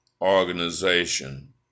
organization